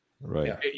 right